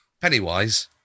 Pennywise